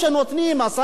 השר ארדן,